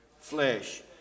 flesh